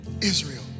Israel